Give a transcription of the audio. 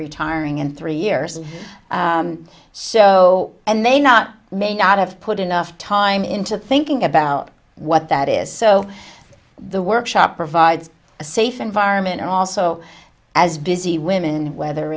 retiring in three years or so and they not may not have put enough time into thinking about what that is so the workshop provides a safe environment and also as busy women whether